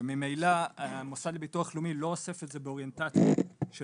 וממלא המוסד לביטוח לאומי לא אוסף את זה באוריינטציה של